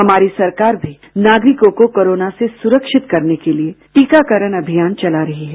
हमारी सरकार भी नागरिकों को कोरोना से सुरक्षित करने के लिए टीकाकारण अभियान चला रहे हैं